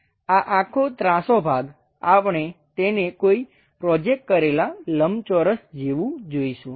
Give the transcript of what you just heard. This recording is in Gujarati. આ આખો ત્રાસો ભાગ આપણે તેને કોઈ પ્રોજેકટ કરેલાં લંબચોરસ જેવું જોઈશું